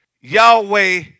Yahweh